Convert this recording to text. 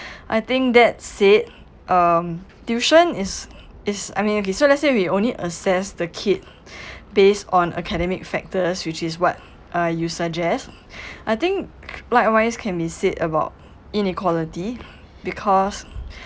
I think that said um tuition is is I mean okay so let's say we only assess the kid based on academic factors which is what uh you suggest I think likewise can be said about inequality because